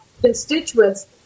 constituents